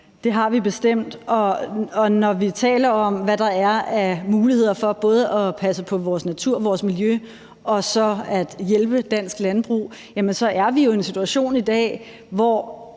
Det har vi bestemt. Og når vi taler om, hvad der er af muligheder for både at passe på vores natur og vores miljø og så at hjælpe dansk landbrug, er vi jo i en situation i dag, hvor